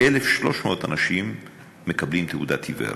כ-1,300 אנשים מקבלים תעודת עיוור.